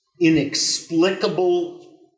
inexplicable